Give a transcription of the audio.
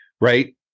Right